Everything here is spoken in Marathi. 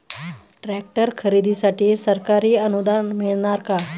ट्रॅक्टर खरेदीसाठी सरकारी अनुदान मिळणार का?